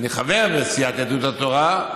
ואני חבר בסיעת יהדות התורה,